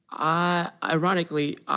ironically